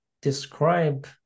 describe